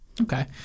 okay